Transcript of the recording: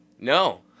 No